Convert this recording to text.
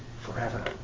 forever